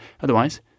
Otherwise